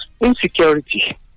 insecurity